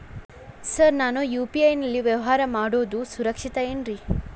Sir ನಾನು UPI ನಲ್ಲಿ ವ್ಯವಹಾರ ಮಾಡೋದು ಸುರಕ್ಷಿತ ಏನ್ರಿ?